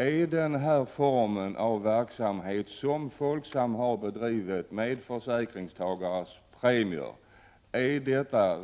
Är den form av verksamhet som Folksam har bedrivit med försäkringstagares premier